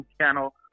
channel